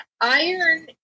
iron